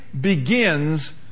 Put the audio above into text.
begins